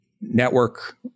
network